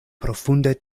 profunde